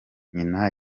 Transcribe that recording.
nyina